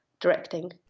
directing